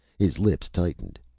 his lips tightened.